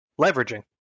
leveraging